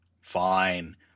Fine